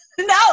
no